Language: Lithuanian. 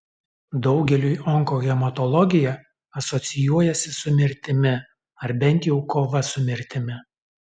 daugeliui onkohematologija asocijuojasi su mirtimi ar bent jau kova su mirtimi